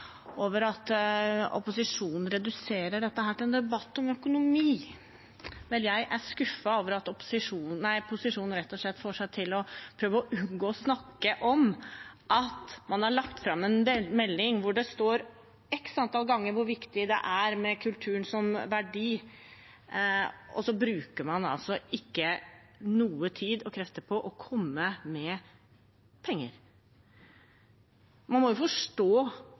over at opposisjonen reduserer dette til å bli en debatt om økonomi. Vel, jeg er skuffet over at posisjonen rett og slett får seg til å prøve å unngå å snakke om at man har lagt fram en melding hvor det står x antall ganger hvor viktig det er med kultur som verdi, og så bruker man altså ikke noe tid og krefter på å komme med penger. Man må jo forstå